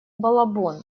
балабон